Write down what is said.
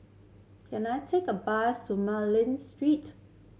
can I take a bus to Street